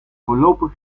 voorlopig